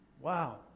Wow